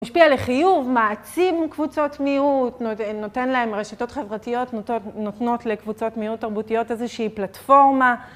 משפיע לחיוב, מעצים קבוצות מיעוט, נותן להם רשתות חברתיות, נותנות לקבוצות מיעוט תרבותיות איזושהי פלטפורמה.